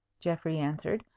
geoffrey answered,